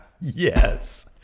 Yes